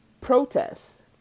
protests